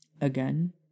Again